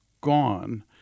gone